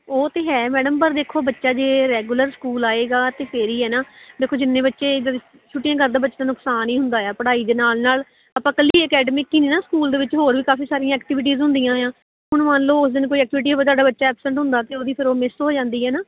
ਉਹ ਤਾ ਹੈ ਮੈਡਮ ਪਰ ਦੇਖੋ ਬੱਚਾ ਜੇ ਰੈਗੂਲਰ ਸਕੂਲ ਆਏਗਾ ਅਤੇ ਫਿਰ ਹੀ ਹੈ ਨਾ ਦੇਖੋ ਜਿੰਨੇ ਬੱਚੇ ਛੁੱਟੀਆਂ ਕਰਦਾ ਬੱਚੇ ਦਾ ਨੁਕਸਾਨ ਨਹੀਂ ਹੁੰਦਾ ਆ ਪੜ੍ਹਾਈ ਦੇ ਨਾਲ ਨਾਲ ਆਪਾਂ ਇਕੱਲੀ ਅਕੈਡਮਿਕ ਹੀ ਨਹੀਂ ਨਾ ਸਕੂਲ ਦੇ ਵਿੱਚ ਹੋਰ ਵੀ ਕਾਫੀ ਸਾਰੀਆਂ ਐਕਟੀਵਿਟੀਜ਼ ਹੁੰਦੀਆਂ ਆ ਹੁਣ ਮੰਨ ਲਓ ਉਸ ਦਿਨ ਕੋਈ ਐਕਟਿਵ ਤੁਹਾਡਾ ਬੱਚਾ ਹੁੰਦਾ ਅਤੇ ਉਹਦੀ ਫਿਰ ਉਹ ਮਿਸ ਹੋ ਜਾਂਦੀ ਹੈ ਨਾ